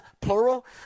plural